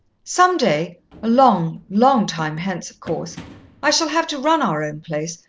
some day a long, long time hence, of course i shall have to run our own place,